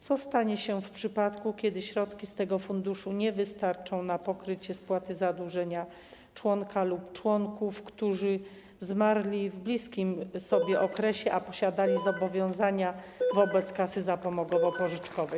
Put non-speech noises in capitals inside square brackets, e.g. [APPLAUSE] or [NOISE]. Co stanie się w przypadku, kiedy środki z tego funduszu nie wystarczą na pokrycie spłaty zadłużenia członka lub członków, którzy zmarli w bliskim [NOISE] okresie i posiadali zobowiązania wobec kasy zapomogowo-pożyczkowej?